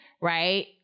Right